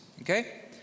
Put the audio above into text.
okay